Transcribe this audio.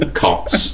cots